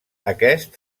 aquest